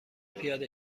پیاده